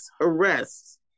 arrests